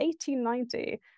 1890